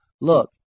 Look